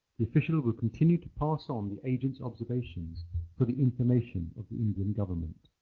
the official will continue to pass on the agents observations for the information of the indian government.